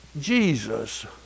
Jesus